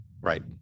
Right